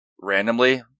randomly